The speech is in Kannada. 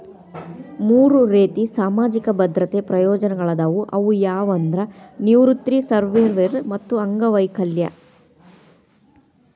ಮೂರ್ ರೇತಿ ಸಾಮಾಜಿಕ ಭದ್ರತೆ ಪ್ರಯೋಜನಗಳಾದವ ಅವು ಯಾವಂದ್ರ ನಿವೃತ್ತಿ ಸರ್ವ್ಯವರ್ ಮತ್ತ ಅಂಗವೈಕಲ್ಯ